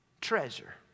treasure